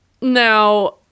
Now